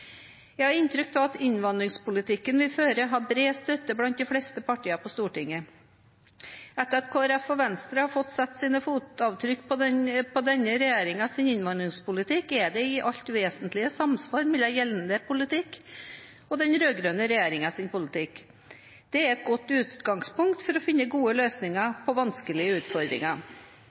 Jeg har inntrykk av at innvandringspolitikken vi fører, har bred støtte blant de fleste partiene på Stortinget. Etter at Kristelig Folkeparti og Venstre har fått satt sine fotavtrykk på denne regjeringens innvandringspolitikk, er det i det alt vesentlige samsvar mellom gjeldende politikk og den rød-grønne regjeringens politikk. Det er et godt utgangspunkt for å finne gode løsninger på vanskelige utfordringer.